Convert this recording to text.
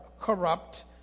corrupt